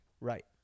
Right